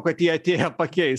kad jie atėję pakeis